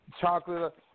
chocolate